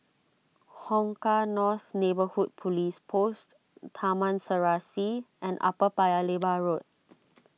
Hong Kah North Neighbourhood Police Post Taman Serasi and Upper Paya Lebar Road